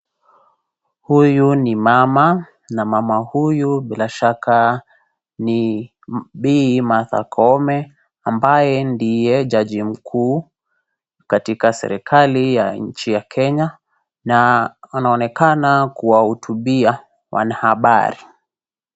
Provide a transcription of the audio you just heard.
Huyu ni mama na mama huyu bila shaka ni bi Martha Koome ambaye ndiye jaji mkuu katika serikali ya nchi ya Kenya na anaonekana kuwa hotubia wanahabari.